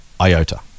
iota